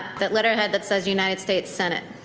but letterhead that says united states senate.